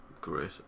Great